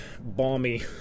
balmy